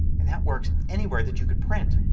and that works anywhere that you could print.